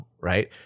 right